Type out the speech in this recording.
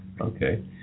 Okay